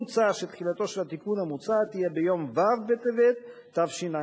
מוצע שתחילתו של התיקון המוצע תהיה ביום ו' בטבת התשע"ב,